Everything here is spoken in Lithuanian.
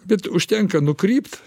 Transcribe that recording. bet užtenka nukrypt